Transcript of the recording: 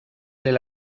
del